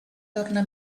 torna